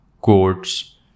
quotes